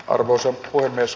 arvoisa puhemies